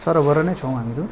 सरोबरी नै छौँ हामीहरू